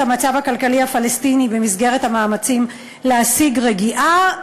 המצב הכלכלי הפלסטיני במסגרת המאמצים להשיג רגיעה.